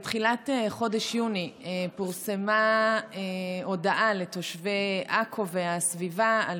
בתחילת חודש יוני פורסמה הודעה לתושבי עכו והסביבה על